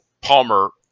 Palmer